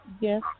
Yes